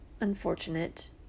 unfortunate